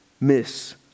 miss